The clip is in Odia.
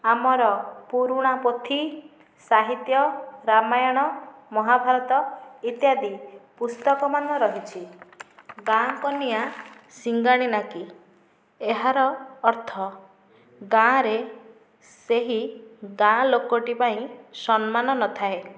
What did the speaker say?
ଆମର ପୁରୁଣା ପୋଥି ସାହିତ୍ୟ ରାମାୟଣ ମହାଭାରତ ଇତ୍ୟାଦି ପୁସ୍ତକମାନ ରହିଛି ଗାଁ କନିଆ ଶିଙ୍ଗାଣି ନାକି ଏହାର ଅର୍ଥ ଗାଁରେ ସେହି ଗାଁ ଲୋକଟି ପାଇଁ ସମ୍ମାନ ନ ଥାଏ